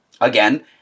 again